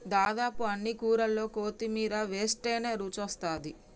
దాదాపు అన్ని కూరల్లో కొత్తిమీర వేస్టనే రుచొస్తాది